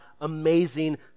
amazing